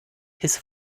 his